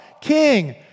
king